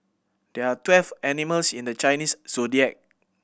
there are twelve animals in the Chinese Zodiac